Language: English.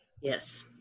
Yes